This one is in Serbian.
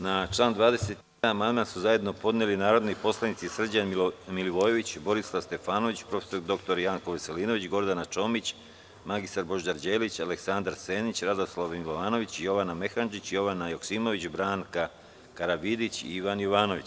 Na član 21. amandman su zajedno podneli narodni poslanici Srđan Milivojević, Borislav Stefanović, prof. dr Janko Veselinović, Gordana Čomić, mr Božidar Đelić, Aleksandar Senić, Radoslav Milovanović, Jovana Mehandžić, Jovana Joksimović, Branka Karavidić i Ivan Jovanović.